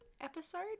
episode